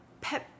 pet